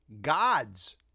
God's